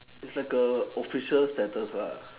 it's like a official status lah